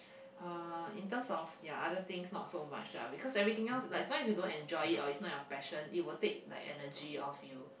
uh in terms of ya other things not so much ah because everything else like as long as you don't enjoy it or is not your passion it will take the energy off you